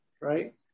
right